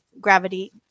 gravity